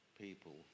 people